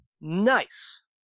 Nice